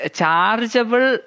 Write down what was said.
chargeable